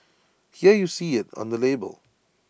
here you see IT on the label